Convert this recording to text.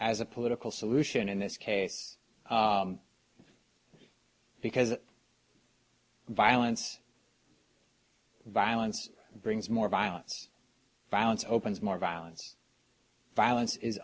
as a political solution in this case because violence violence brings more violence violence opens more violence violence is